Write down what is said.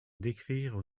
d’écrire